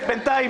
פייק.